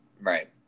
Right